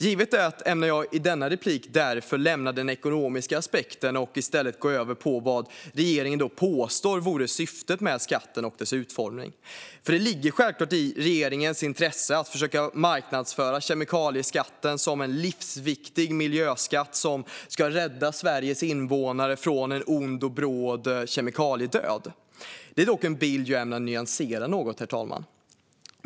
Givet detta tänker jag i detta anförande därför lämna den ekonomiska aspekten och i stället gå över till vad regeringen påstår är syftet med skatten och dess utformning. Det ligger självklart i regeringens intresse att försöka marknadsföra kemikalieskatten som en livsviktig miljöskatt som ska rädda Sveriges invånare från en ond bråd kemikaliedöd. Det är dock en bild jag ämnar nyansera något, herr talman.